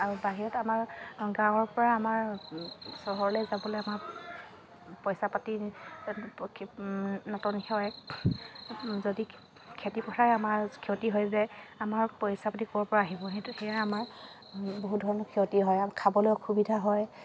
আৰু বাহিৰত আমাৰ গাঁৱৰপৰা আমাৰ চহৰলৈ যাবলৈ আমাৰ পইচা পাতি নাটনি হয় যদি খেতি পথাৰেই আমাৰ ক্ষতি হৈ যায় আমাৰ পইচা পাতি ক'ৰপৰা আহিব সেইটো সেয়া আমাৰ বহু ধৰণৰ ক্ষতি হয় খাবলৈ অসুবিধা হয়